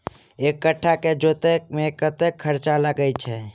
एक कट्ठा केँ जोतय मे कतेक खर्चा लागै छै?